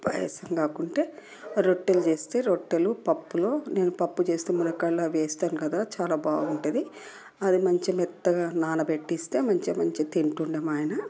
పాయసం కాకుంటే రొట్టెలు చేస్తే రొట్టెలు పప్పులో నేను పప్పు చేస్తే మునక్కాయలు అవి వేస్తాను కదా చాలా బాగుంటుంది అది మంచి మెత్తగా నానబెట్టి ఇస్తే మంచి మంచి తింటుండే మా ఆయన